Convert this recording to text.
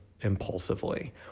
impulsively